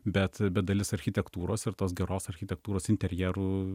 bet bet dalis architektūros ir tos geros architektūros interjerų